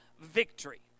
victory